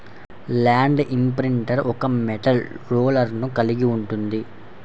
land imprinter ఒక metal రోలర్ను కలిగి ఉంటుంది